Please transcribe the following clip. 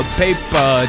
paper